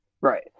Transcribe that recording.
right